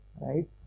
Right